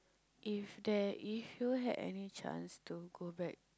if there is if you had any chance to go back